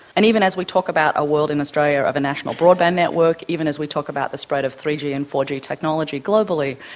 and even as we talk about a world in australia of a national broadband network, even as we talk about the spread of three g and four g technology globally,